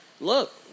look